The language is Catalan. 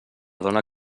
dona